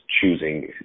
choosing